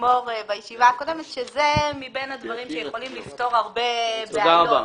לימור בישיבה הקודמת הוא שזה מבין הדברים שיכולים לפתור הרבה בעיות.